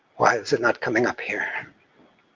why is it not coming up here? ah,